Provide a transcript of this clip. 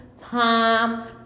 time